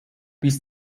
bis